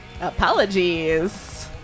Apologies